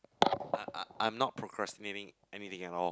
I'm not procrastinating anything at all